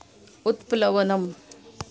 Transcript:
उत्प्लवनम्